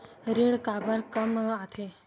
ऋण काबर कम आथे?